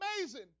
amazing